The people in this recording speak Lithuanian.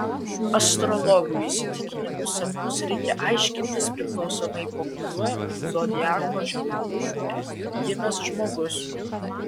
astrologų įsitikinimu sapnus reikia aiškintis priklausomai po kuriuo zodiako ženklu gimęs žmogus